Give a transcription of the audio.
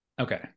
Okay